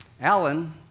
Alan